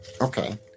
Okay